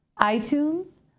iTunes